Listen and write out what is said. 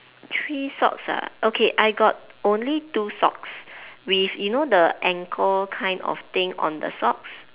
three socks ah okay I got only two socks with you know the ankle kind of thing on the socks